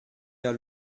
der